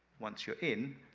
once you're in,